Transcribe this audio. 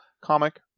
comic